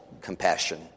compassion